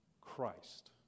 Christ